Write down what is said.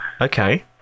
Okay